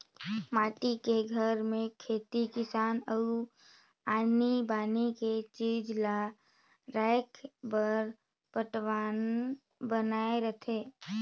माटी के घर में खेती किसानी अउ आनी बानी के चीज ला राखे बर पटान्व बनाए रथें